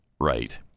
right